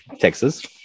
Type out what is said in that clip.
Texas